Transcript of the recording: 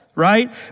Right